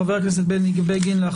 חבר הכנסת בני בגין, בבקשה.